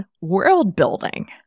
world-building